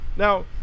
Now